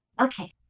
Okay